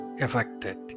affected